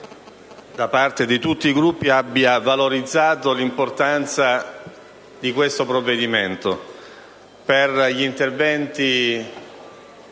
da parte di tutti i Gruppi, abbia valorizzato l'importanza di questo provvedimento per gli interventi